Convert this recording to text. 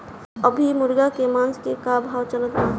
अभी मुर्गा के मांस के का भाव चलत बा?